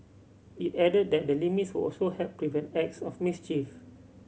it added that the limits would also help prevent acts of mischief